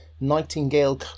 Nightingale